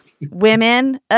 women